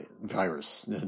virus